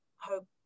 hope